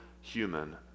human